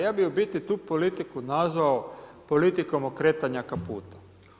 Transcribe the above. Ja bih u biti tu politiku nazvao politikom okretanja kaputa.